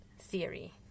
theory